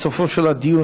בסופו של הדיון,